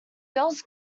girls